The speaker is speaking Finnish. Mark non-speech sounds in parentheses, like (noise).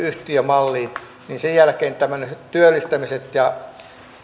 (unintelligible) yhtiömalliin niin sen jälkeen työllistämiset ja